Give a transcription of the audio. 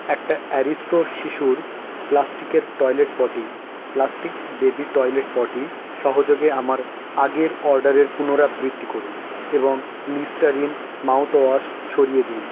একটা অ্যারিস্টো শিশুর প্লাস্টিকের toilet potty plastic baby toilet potty সহযোগে আমার আগের অর্ডারের পুনরাবৃত্তি করুন এবং লিস্টারিন মাউথওয়াশ সরিয়ে দিন